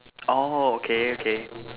orh okay okay